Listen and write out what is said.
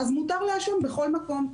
מותר לעשן בכל מקום.